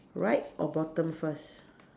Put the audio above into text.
right or bottom first